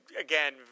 again